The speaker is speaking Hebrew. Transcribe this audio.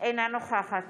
אינה נוכחת